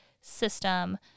system